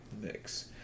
mix